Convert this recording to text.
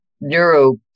Neuro